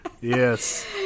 Yes